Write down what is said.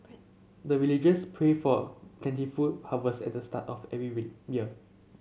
the villagers pray for plentiful harvest at the start of every week year